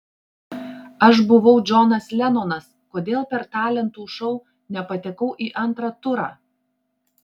aš buvau džonas lenonas kodėl per talentų šou nepatekau į antrą turą